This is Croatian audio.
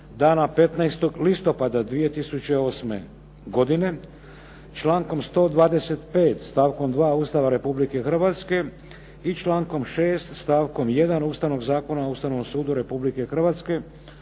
dana 15. listopada 2008. godine. Člankom 125. stavkom 2. Ustava Republike Hrvatske i člankom 6. stavkom 1. Ustavnog suda o Ustavnom sudu Republike Hrvatske